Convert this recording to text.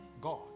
God